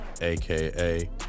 aka